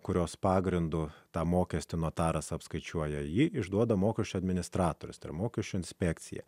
kurios pagrindu tą mokestį notaras apskaičiuoja jį išduoda mokesčių administratorius ir mokesčių inspekcija